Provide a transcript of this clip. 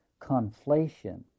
conflation